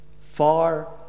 far